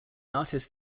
artist